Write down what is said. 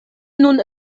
nun